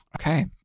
Okay